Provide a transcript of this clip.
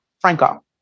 Franco